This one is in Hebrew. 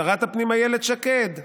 שרת הפנים אילת שקד: